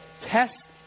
Test